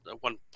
one